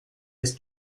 his